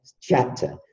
chapter